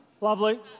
Lovely